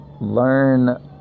Learn